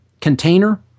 container